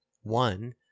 One